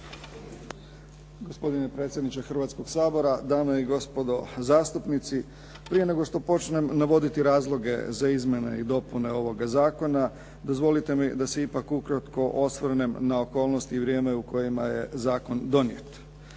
Gospodine predsjedniče Hrvatskog sabora, dame i gospodo zastupnici. Prije nego što počnem navoditi razloge za izmjene i dopune ovoga zakona dozvolite mi da se ipak ukratko osvrnem na okolnosti i vrijeme u kojima je zakon donijet.